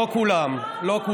אתה אומר